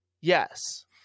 Yes